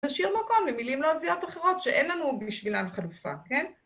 ‫נשאיר מקום למילים לועזיות אחרות ‫שאין לנו בשבילן חלופה, כן?